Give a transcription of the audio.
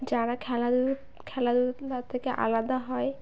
যারা খেলা খেলা থেকে আলাদা হয়